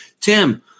Tim